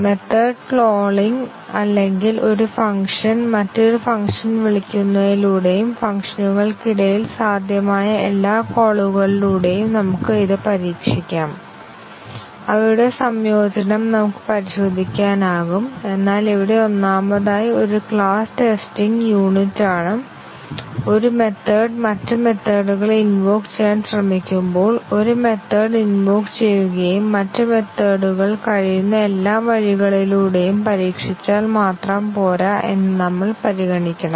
method calling അല്ലെങ്കിൽ ഒരു function മറ്റൊരു ഫംഗ്ഷൻ വിളിക്കുന്നതിലൂടെയും ഫംഗ്ഷനുകൾക്കിടയിൽ സാധ്യമായ എല്ലാ കോളുകളിലൂടെയും നമുക്ക് ഇത് പരീക്ഷിക്കാം അവയുടെ സംയോജനം നമുക്ക് പരിശോധിക്കാനാകും എന്നാൽ ഇവിടെ ഒന്നാമതായി ഒരു ക്ലാസ് ടെസ്റ്റിംഗ് യൂണിറ്റാണ് ഒരു മെത്തേഡ് മറ്റ് മെത്തേഡ്കളെ ഇൻവോക് ചെയ്യാൻ ശ്രമിക്കുമ്പോൾ ഒരു മെത്തേഡ് ഇൻവോക് ചെയ്യുകയും മറ്റ് മെത്തേഡ്കൾ കഴിയുന്ന എല്ലാ വഴികളിലൂടെയും പരീക്ഷിച്ചാൽ മാത്രം പോരാ എന്ന് നമ്മൾ പരിഗണിക്കണം